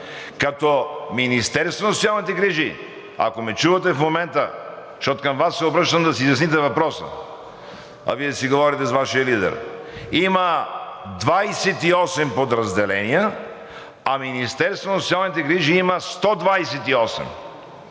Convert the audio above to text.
Като Министерството на социалните грижи, ако ме чувате в момента, защото към Вас се обръщам да си изясните въпроса, а Вие си говорите с Вашия лидер, има 28 подразделения, а Министерството на социалните грижи има 128,